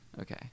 okay